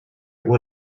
would